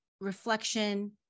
reflection